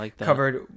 covered